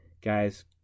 guys